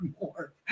more